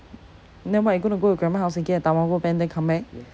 then what you going to go your grandma house and get the tamago pan and then come back